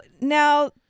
now